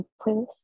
playlist